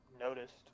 Noticed